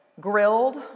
grilled